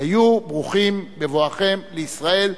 היו ברוכים בבואכם לישראל.